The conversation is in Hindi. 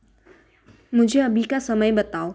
मुझे अभी का समय बताओ